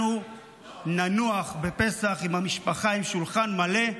אנחנו ננוח בפסח עם המשפחה, עם שולחן מלא,